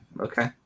Okay